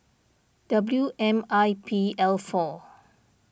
W M I P L four